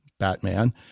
Batman